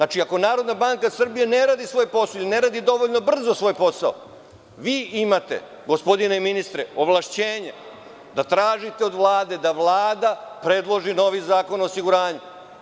Ako Narodna banka Srbije ne radi svoj posao ili ne radi dovoljno brzo svoj posao, vi imate, gospodine ministre, ovlašćenje da tražite od Vlade da Vlada predloži novi Zakon o osiguranju.